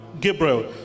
Gabriel